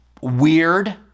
weird